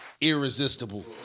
Irresistible